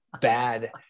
bad